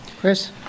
Chris